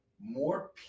More